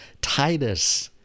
Titus